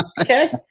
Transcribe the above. Okay